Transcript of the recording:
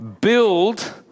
build